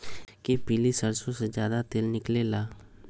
कि पीली सरसों से ज्यादा तेल निकले ला?